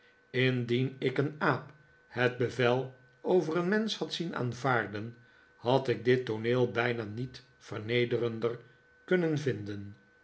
indien ik een aap het bevel over een mensch had zien aanvaarden had ik dit tooneel bijna niet vernederender kunnen vinden